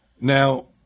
Now